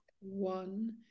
One